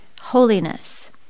holiness